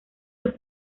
los